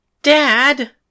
Dad